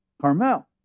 Carmel